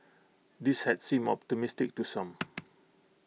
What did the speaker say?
this had seemed optimistic to some